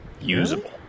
usable